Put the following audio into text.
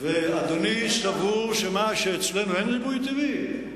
ואדוני סבור שמה, שאצלנו אין ריבוי טבעי?